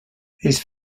his